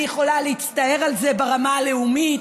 אני יכולה להצטער על זה ברמה הלאומית,